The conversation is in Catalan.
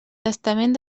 testament